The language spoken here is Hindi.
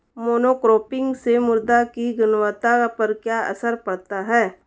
मोनोक्रॉपिंग से मृदा की गुणवत्ता पर क्या असर पड़ता है?